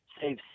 save